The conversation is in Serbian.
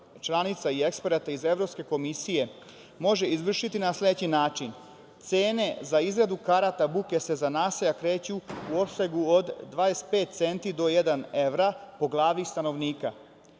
članica i eksperata iz Evropske komisije može izvršiti na sledeći način – cene za izradu karata buke se za naselja kreću u opsegu od 25 centi do jedan evro po glavi stanovnika.